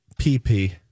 PP